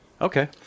Okay